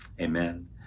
Amen